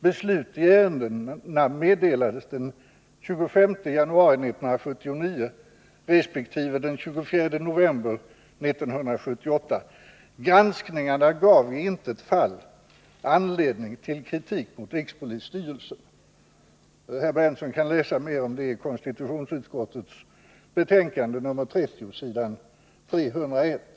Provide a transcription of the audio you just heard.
Beslut i ärendena meddelades den 25 januari 1979 resp. den 24 november 1978. Granskningarna gav i intet av fallen anledning till kritik mot rikspolisstyrelsen ——--.” Nils Berndtson kan läsa mer om detta i konstitutionsutskottets betänkande 1978/79:30 s. 301.